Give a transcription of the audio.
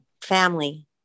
family